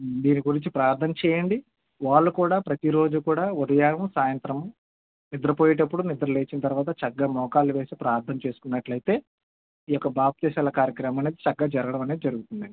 దీని గురించి ప్రార్ధన చెయ్యండి వాళ్ళు కూడా ప్రతీ రోజు కూడా ఉదయము సాయంత్రము నిద్రపోయేటప్పుడు నిద్రలేచిన తరువాత చక్కగా మోకాళ్ళు వేసి ప్రార్ధన చేసుకున్నట్లయితే ఈ యొక్క బాప్తీసాల కార్యక్రమం అనేది చక్కగా జరగడం అనేది జరుగుతుంది అండి